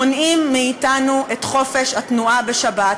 מונעים מאתנו את חופש התנועה בשבת,